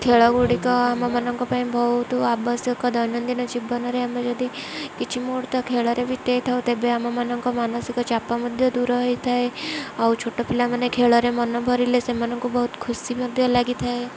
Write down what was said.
ଖେଳ ଗୁଡ଼ିକ ଆମମାନଙ୍କ ପାଇଁ ବହୁତ ଆବଶ୍ୟକ ଦୈନନ୍ଦିନ ଜୀବନରେ ଆମେ ଯଦି କିଛି ମୁହୂର୍ତ୍ତ ଖେଳରେ ବିତେଇଥାଉ ତେବେ ଆମମାନଙ୍କ ମାନସିକ ଚାପ ମଧ୍ୟ ଦୂର ହେଇଥାଏ ଆଉ ଛୋଟ ପିଲାମାନେ ଖେଳରେ ମନେ ଭରିଲେ ସେମାନଙ୍କୁ ବହୁତ ଖୁସି ମଧ୍ୟ ଲାଗିଥାଏ